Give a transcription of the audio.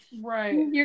Right